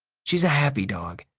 she's a happy dog,